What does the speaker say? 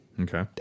Okay